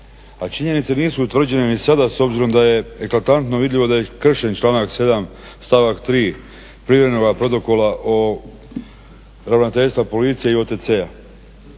a činjenice nisu utvrđene ni sada s obzirom da je eklatantno vidljivo da je kršen članak 7. Stavak 3. Privremenoga protokola o ravnateljstva policije i OTC-a,